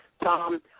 Tom